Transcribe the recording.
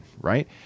right